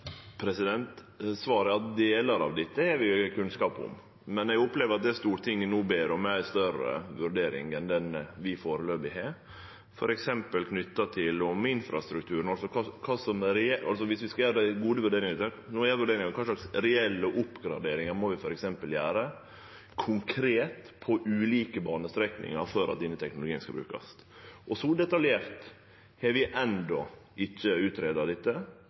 Svaret er at delar av dette har vi kunnskap om. Men eg opplever at det Stortinget no ber om, er ei større vurdering enn ho vi førebels har, f.eks. knytt til infrastrukturen, dersom vi skal gjere dei gode vurderingane. No er vurderinga kva for reelle oppgraderingar av ulike banestrekningar vi f.eks. konkret må gjere for at denne teknologien skal kunne brukast. Så detaljert har vi enno ikkje greidd ut dette,